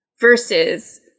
versus